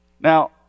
Now